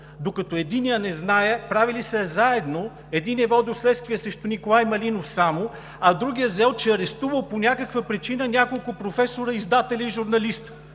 докато единият не знае, правили са я заедно… Единият е водил следствие срещу Николай Малинов само, а другият взел, че арестувал по някаква причина няколко професори, издатели и журналист…